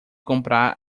comprar